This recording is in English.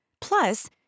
Plus